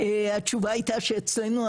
התשובה הייתה שאצלנו,